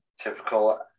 Typical